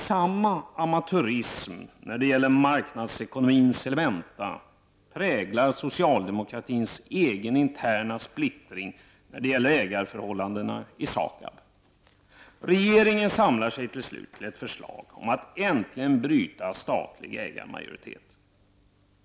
Samma amatörism när det gäller marknadsekonomins elementa präglar också socialdemokratins egen interna splittring i fråga om ägarförhållandena i SAKAB. Regeringen samlar sig till slut till ett förslag om att äntligen bryta statlig ägarmajoritet.